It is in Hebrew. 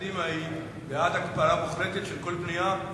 סיעת קדימה היא בעד הקפאה מוחלטת של כל בנייה בכל היישובים?